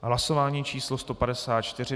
Hlasování číslo 154.